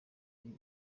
ari